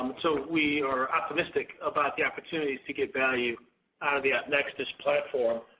um so we are optimistic about the opportunities to get value out of the appnexus's platform.